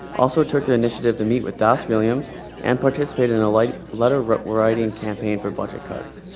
also took the initiative to meet with das williams and participate in a light, letter of writing campaign for budget cuts.